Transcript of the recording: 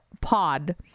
pod